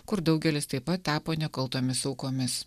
kur daugelis taip pat tapo nekaltomis aukomis